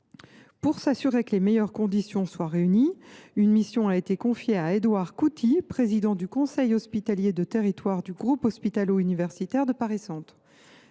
faire en sorte que les meilleures conditions soient réunies, une mission a été confiée à Édouard Couty, président du conseil hospitalier de territoire du groupe hospitalo universitaire de Paris Centre.